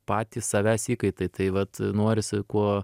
patys savęs įkaitai tai vat norisi kuo